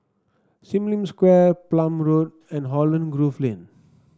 Sim Lim Square Palm Road and Holland Grove Lane